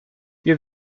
ihr